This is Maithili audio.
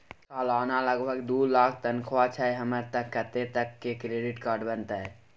सलाना लगभग दू लाख तनख्वाह छै हमर त कत्ते तक के क्रेडिट कार्ड बनतै?